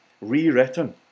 rewritten